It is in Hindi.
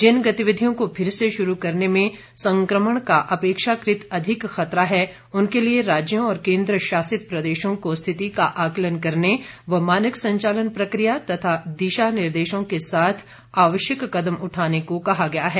जिन गतिविधियों को फिर से शुरू करने में संक्रमण का अपेक्षाकृत अधिक खतरा है उनके लिए राज्यों और केंद्र शासित प्रदेशों को स्थिति का आकलन करने व मानक संचालन प्रक्रिया तथा दिशानिर्देशों के साथ आवश्यक कदम उठाने को कहा गया है